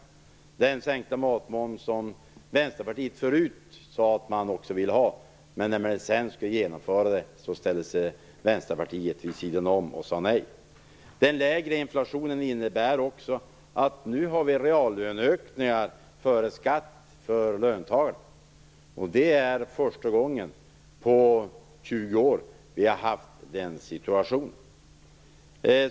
Det handlar om den sänkta matmoms som Vänsterpartiet förut också ville ha. Men när den sedan skulle genomföras ställde sig Vänsterpartiet vid sidan av och sade nej. Den lägre inflationen innebär också att vi nu har reallöneökningar före skatt för löntagarna. Det är första gången på 20 år som vi har den situationen.